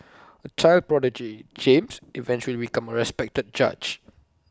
A child prodigy James eventually became A respected judge